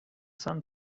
sun